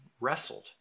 wrestled